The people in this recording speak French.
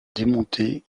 démontée